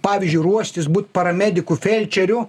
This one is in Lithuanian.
pavyzdžiui ruoštis būt paramediku felčeriu